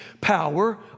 power